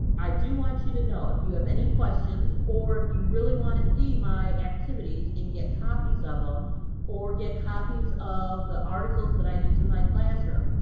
i do want you to know if you have any questions or if you really want to see my activities and get copies of them or get copies of the articles that i use in my classroom,